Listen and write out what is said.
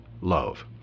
love